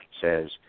says